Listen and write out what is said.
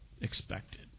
expected